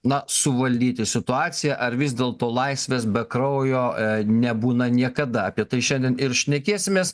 na suvaldyti situaciją ar vis dėlto laisvės be kraujo nebūna niekada apie tai šiandien ir šnekėsimės